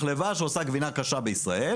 מחלבה שעושה גבינה קשה בישראל